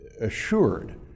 assured